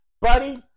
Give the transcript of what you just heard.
Buddy